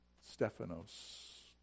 Stephanos